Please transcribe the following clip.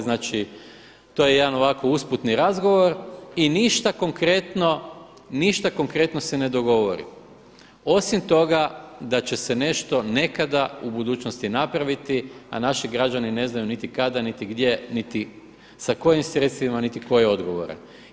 Znači to je jedan ovako usputni razgovor i ništa konkretno se ne dogovori osim toga da će se nešto nekada u budućnosti napraviti, a naši građani ne znaju niti kada, niti gdje, niti kojim sredstvima, niti tko je odgovoran.